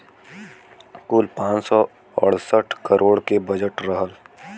कुल पाँच सौ अड़सठ करोड़ के बजट रहल